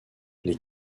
les